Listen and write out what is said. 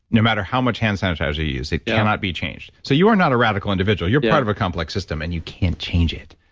no matter how much hand sanitizer you use, it cannot be changed. so, you are not a radical individual. you're part of a complex system and you can't change it.